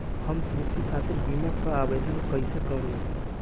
हम कृषि खातिर बीमा क आवेदन कइसे करि?